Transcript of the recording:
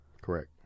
Correct